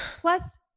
plus